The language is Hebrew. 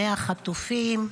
100 חטופים,